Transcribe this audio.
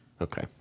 okay